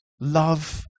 love